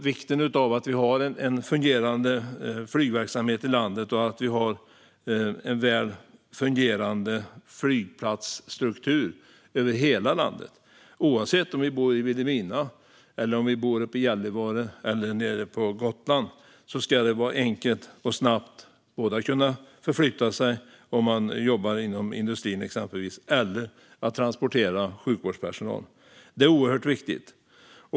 Vikten av en fungerande flygverksamhet i landet och en väl fungerande flygplatsstruktur över hela landet har det talats om tidigare här från talarstolen. Oavsett om vi bor i Vilhelmina, i Gällivare eller på Gotland ska det vara enkelt och snabbt att förflytta sig. Det gäller både för den som jobbar inom industrin och när det gäller att transportera sjukvårdspersonal. Det är oerhört viktigt.